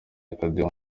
akadiho